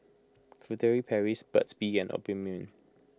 Furtere Paris Burt's Bee and Obimin